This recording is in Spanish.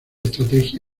estrategia